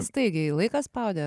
staigiai laikas spaudė